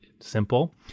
simple